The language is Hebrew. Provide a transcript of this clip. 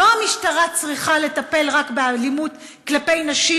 לא המשטרה צריכה לטפל רק באלימות כלפי נשים,